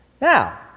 Now